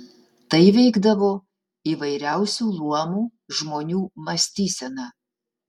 tai veikdavo įvairiausių luomų žmonių mąstyseną